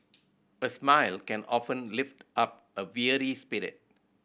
a smile can often lift up a weary spirit